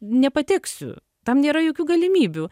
nepateksiu tam nėra jokių galimybių